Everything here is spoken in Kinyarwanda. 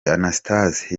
anastase